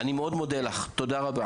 אני מאוד מודה לך, תודה רבה.